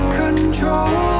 control